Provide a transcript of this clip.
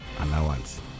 allowance